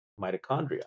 mitochondria